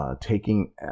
Taking